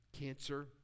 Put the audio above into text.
cancer